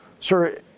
Sir